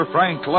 Frank